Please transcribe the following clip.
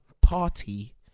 party